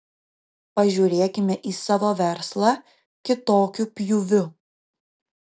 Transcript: pažiūrėkime į savo verslą kitokiu pjūviu